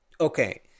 Okay